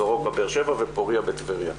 סורוקה בבאר שבע ופוריה בטבריה.